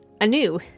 anew